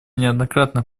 неоднократно